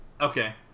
Okay